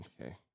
Okay